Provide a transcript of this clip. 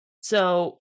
So-